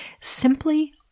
Simply